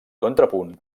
contrapunt